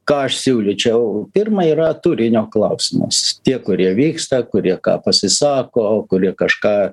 ką aš siūlyčiau pirma yra turinio klausimas tie kurie vyksta kurie ką pasisako kurie kažką